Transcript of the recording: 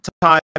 time